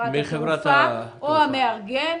מחברת התעופה או המארגן,